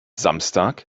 samstag